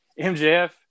MJF